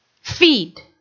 Feed